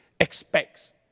expects